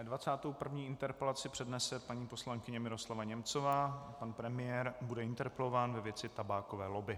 Dvacátou první interpelaci přednese paní poslankyně Miroslava Němcová a pan premiér bude interpelován ve věci tabákové lobby.